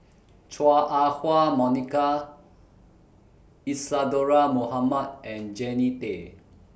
Chua Ah Hua Monica Isadhora Mohamed and Jannie Tay